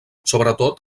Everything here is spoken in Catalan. sobretot